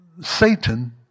Satan